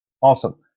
Awesome